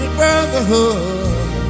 brotherhood